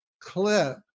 clip